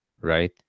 right